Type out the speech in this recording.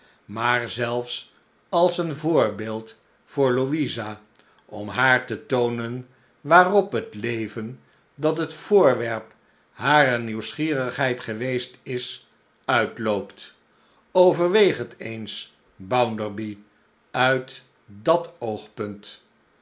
maar zelfs als een voorbeeld voor louisa om haar te toonen waarop het leven dat het voorwerp harer nieuwsgierigheid gewetst is uitloopt overweeg het eens bounderby uit dat oogpunt